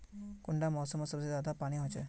कुंडा मोसमोत सबसे ज्यादा पानी होचे?